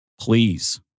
please